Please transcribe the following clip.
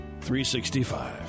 365